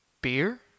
beer